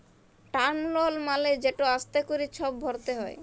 term লল মালে যেট আস্তে ক্যরে ছব ভরতে হ্যয়